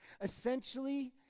Essentially